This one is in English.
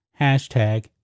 Hashtag